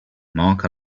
mark